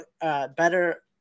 better